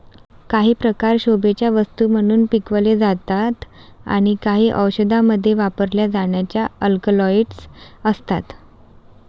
काही प्रकार शोभेच्या वस्तू म्हणून पिकवले जातात आणि काही औषधांमध्ये वापरल्या जाणाऱ्या अल्कलॉइड्स असतात